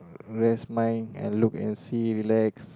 rest mind I look and see relax